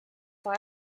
far